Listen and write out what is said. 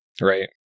Right